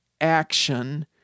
action